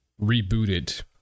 rebooted